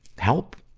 help,